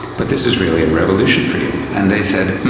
but this is really a revolution for you. and they said,